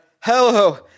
hello